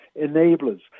enablers